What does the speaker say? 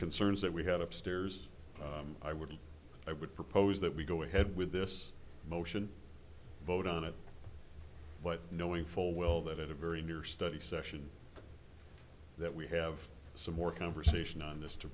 concerns that we have upstairs i would i would propose that we go ahead with this motion vote on it but knowing full well that at a very near study session that we have some more conversation on this to